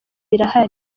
birahari